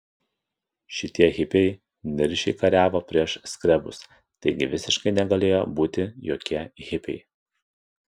šitie hipiai niršiai kariavo prieš skrebus taigi visiškai negalėjo būti jokie hipiai